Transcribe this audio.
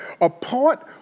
apart